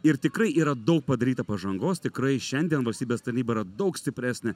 ir tikrai yra daug padaryta pažangos tikrai šiandien valstybės tarnyba yra daug stipresnė